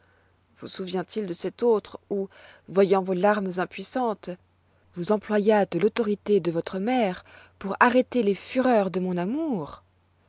vous souvient-il de cet autre où voyant vos larmes impuissantes vous employâtes l'autorité de votre mère pour arrêter les fureurs de mon amour